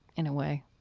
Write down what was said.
in a way?